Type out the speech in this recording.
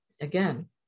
Again